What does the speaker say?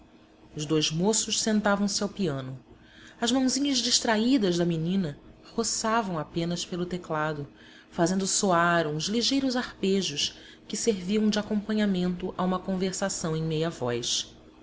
os dois moços sentavam-se ao piano as mãozinhas distraídas da menina roçavam apenas pelo teclado fazendo soar uns ligeiros arpejos que serviam de acompanhamento a uma conversação em meia voz